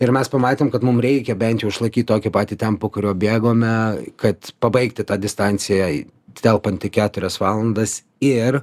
ir mes pamatėm kad mum reikia bent jau išlaikyt tokį patį tempą kurio bėgome kad pabaigti tą distanciją telpant į keturias valandas ir